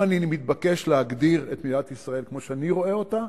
אם אני מתבקש להגדיר את מדינת ישראל כמו שאני רואה אותה,